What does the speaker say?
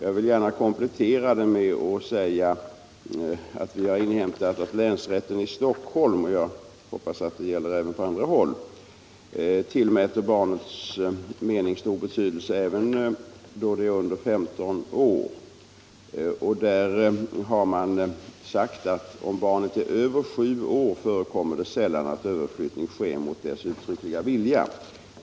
Jag vill gärna komplettera detta med att säga att vi har inhämtat att länsrätten i Stockholm —- och jag hoppas att det gäller även på andra håll — tillmäter barnets mening stor betydelse. även då det är under 15 år. Man har sagt att om barnet är över sju år förekommer det sällan att överflyttning sker mot dess uttryckliga vilja.